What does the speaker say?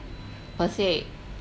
per se